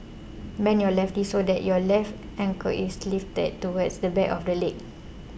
bend your left so that your left ankle is lifted towards the back of the leg